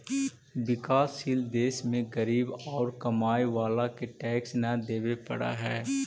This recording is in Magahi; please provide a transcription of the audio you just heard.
विकासशील देश में गरीब औउर कमाए वाला के टैक्स न देवे पडऽ हई